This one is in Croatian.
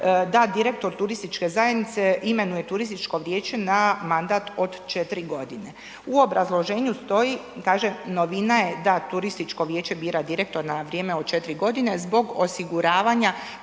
da direktor turističke zajednice imenuje turističko vijeće na mandat od 4 godine. U obrazloženju stoji i kaže novina je da turističko vijeće bira direktor na vrijeme od 4 godine zbog osiguravanja